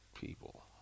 people